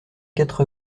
quatre